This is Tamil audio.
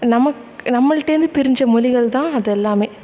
நம்ம நம்மள்கிட்டேந்து பிரிந்த மொழிகள்தான் அதெல்லாமே